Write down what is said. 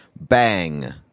Bang